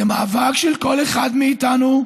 זה מאבק של כל אחד מאיתנו,